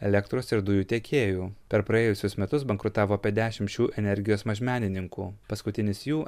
elektros ir dujų tiekėjų per praėjusius metus bankrutavo apie dešimt šių energijos mažmenininkų paskutinis jų